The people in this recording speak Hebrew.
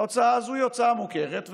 ההוצאה הזאת היא הוצאה מוכרת,